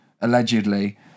allegedly